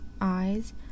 eyes